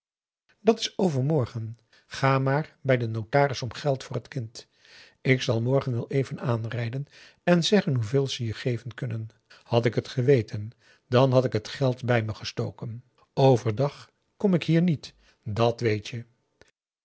dat is overmorgen ga maar bij den notaris om het geld voor het kind ik zal morgen wel even aanrijden en zeggen hoeveel ze je geven kunnen had ik het geweten dan had ik het geld bij me gestoken overdag kom ik hier niet dat weet je